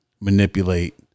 manipulate